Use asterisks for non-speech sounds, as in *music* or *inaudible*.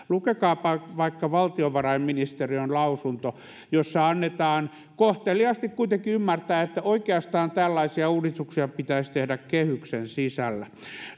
*unintelligible* lukekaapa vaikka valtiovarainministeriön lausunto jossa annetaan kohteliaasti kuitenkin ymmärtää että oikeastaan tällaisia uudistuksia pitäisi tehdä kehyksen sisällä